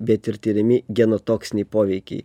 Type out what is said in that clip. bet ir tiriami genotoksiniai poveikiai